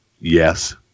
Yes